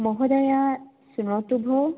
महोदय शृणोतु भोः